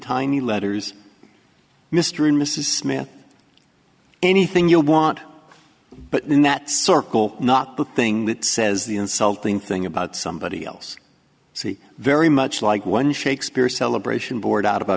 tiny letters mr and mrs smith anything you want but in that circle not the thing that says the insulting thing about somebody else see very much like one shakespeare celebration bored out of a